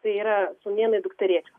tai yra sūnėnai dukterėčios